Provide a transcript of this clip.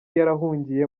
yahungiye